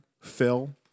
Phil